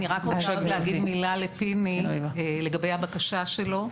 אני רק רוצה להגיד מילה לפיני לגבי הבקשה שלו,